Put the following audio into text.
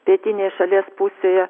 pietinėje šalies pusėje